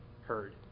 heard